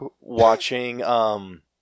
watching